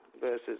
versus